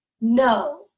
No